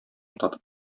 татып